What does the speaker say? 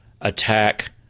attack